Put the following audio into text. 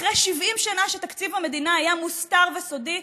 אחרי 70 שנה שתקציב המדינה היה מוסתר וסודי,